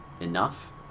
enough